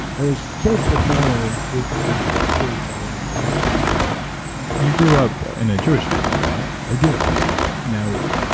it was so profound it actually changed my life forever you grew up in a jewish family, right? i did now,